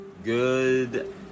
Good